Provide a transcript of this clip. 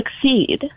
succeed